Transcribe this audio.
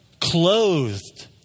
clothed